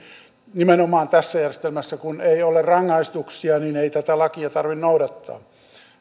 nimenomaan tässä järjestelmässä kun ei ole rangaistuksia niin ei tätä lakia tarvitse noudattaa